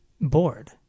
bored